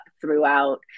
throughout